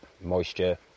moisture